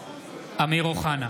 (קורא בשמות חברי הכנסת) אמיר אוחנה,